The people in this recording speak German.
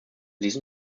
diesen